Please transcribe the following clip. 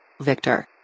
Victor